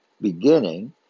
beginning